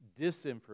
disinformation